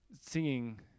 singing